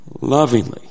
lovingly